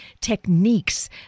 techniques